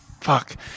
fuck